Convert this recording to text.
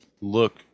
look